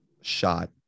shot